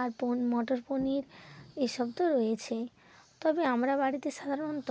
আর মটর পনির এ সব তো রয়েছে তবে আমরা বাড়িতে সাধারণত